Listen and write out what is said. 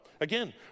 Again